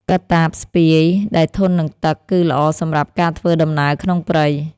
កាតាបស្ពាយដែលធន់នឹងទឹក កឺល្អសម្រាប់ការធ្វើដំណើរក្នុងព្រៃ។